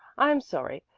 i'm sorry,